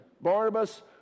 Barnabas